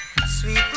sweet